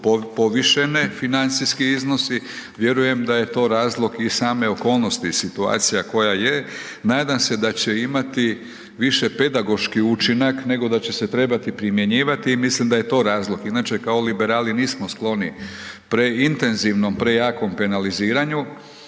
povišene, financijski iznosi, vjerujem da je to razlog i same okolnosti i situacija koja je. Nadam se da će imati više pedagoški učinak nego da će se trebati primjenjivati i mislim da je to razlog. Inače kao liberali nismo skloni preintenzivnom, prejakom penaliziranju,